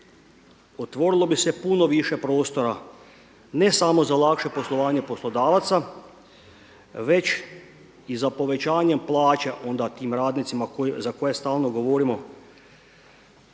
otvorilo bi se puno više prostora, ne samo za lakše poslovanje poslodavaca, već i za povećanjem plaća onda tim radnicima za koje stalno govorimo